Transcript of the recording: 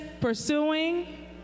Pursuing